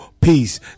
Peace